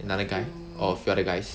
another guy or a few other guys